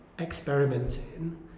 experimenting